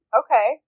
okay